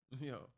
Yo